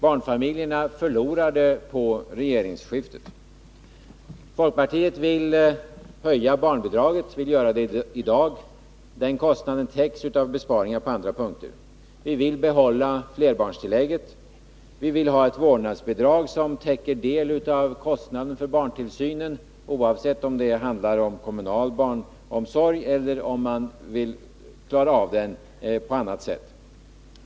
Barnfamiljerna förlorade på regeringsskiftet. Folkpartiet vill höja barnbidragen och vill göra det i dag. Den kostnaden täcks genom besparingar på andra punkter. Vi vill behålla flerbarnstillägget. Vi vill ha ett vårdnadsbidrag som täcker del av kostnaden för barntillsynen, oavsett om den sker genom kommunal barnomsorg eller om man vill klara av den på annat sätt.